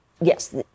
yes